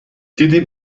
دیدیم